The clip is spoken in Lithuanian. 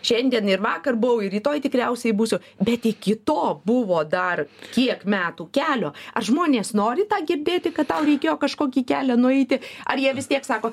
šiandien ir vakar buvau ir rytoj tikriausiai būsiu bet iki to buvo dar kiek metų kelio ar žmonės nori tą girdėti kad tau reikėjo kažkokį kelią nueiti ar jie vis tiek sako